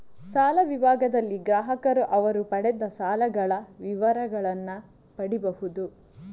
ಸಾಲ ವಿಭಾಗದಲ್ಲಿ ಗ್ರಾಹಕರು ಅವರು ಪಡೆದ ಸಾಲಗಳ ವಿವರಗಳನ್ನ ಪಡೀಬಹುದು